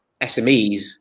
smes